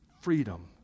Freedom